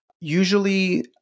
usually